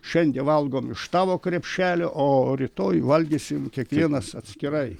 šiandie valgom iš tavo krepšelio o rytoj valgysim kiekvienas atskirai